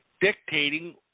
dictating